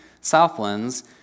Southlands